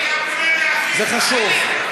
זה חשוב.